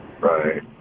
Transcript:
Right